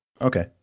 Okay